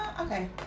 Okay